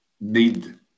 need